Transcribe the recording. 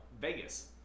Vegas